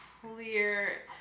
clear